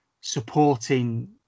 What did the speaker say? supporting